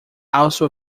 also